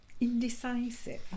indecisive